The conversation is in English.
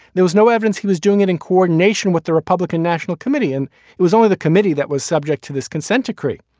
there was no evidence he was doing it in coordination with the republican national committee, and it was only the committee that was subject to this consent decree.